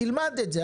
תלמד את זה,